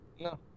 no